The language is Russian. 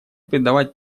придавать